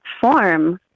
form